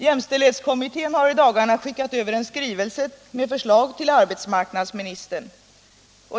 Jämställdhetskommittén har i dagarna skickat över en skrivelse med förslag till arbetsmarknadsministern.